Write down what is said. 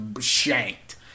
shanked